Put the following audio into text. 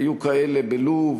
היו כאלה בלוב